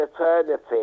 eternity